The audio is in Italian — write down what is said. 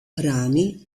rami